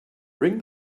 ring